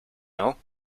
know